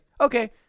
okay